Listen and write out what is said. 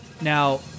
Now